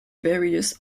various